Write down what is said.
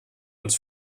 uns